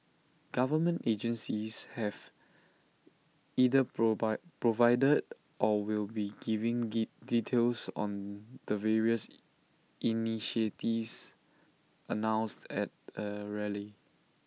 government agencies have either provided or will be giving details on the various initiatives announced at A rally